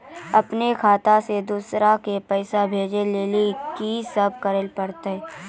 अपनो खाता से दूसरा के पैसा भेजै लेली की सब करे परतै?